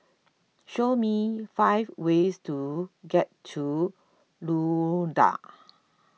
show me five ways to get to Luanda